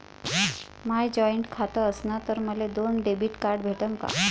माय joint खातं असन तर मले दोन डेबिट कार्ड भेटन का?